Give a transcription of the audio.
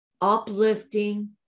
uplifting